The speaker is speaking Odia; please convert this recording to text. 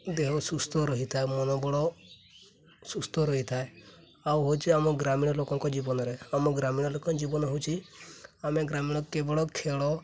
ଦେହ ସୁସ୍ଥ ରହିଥାଏ ମନୋବଳ ସୁସ୍ଥ ରହିଥାଏ ଆଉ ହେଉଛି ଆମ ଗ୍ରାମୀଣ ଲୋକଙ୍କ ଜୀବନରେ ଆମ ଗ୍ରାମୀଣ ଲୋକଙ୍କ ଜୀବନ ହେଉଛି ଆମେ ଗ୍ରାମୀଣ କେବଳ ଖେଳ